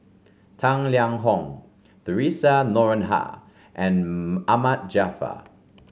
Tang Liang Hong Theresa Noronha and Ahmad Jaafar